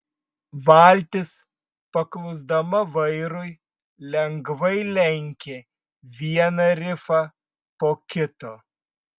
valtis paklusdama vairui lengvai lenkė vieną rifą po kito